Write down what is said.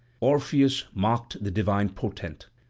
orpheus marked the divine portent,